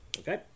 okay